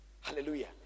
hallelujah